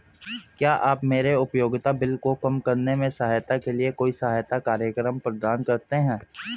क्या आप मेरे उपयोगिता बिल को कम करने में सहायता के लिए कोई सहायता कार्यक्रम प्रदान करते हैं?